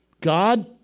God